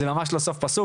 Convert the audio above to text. זה ממש לא סוף פסוק.